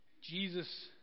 Jesus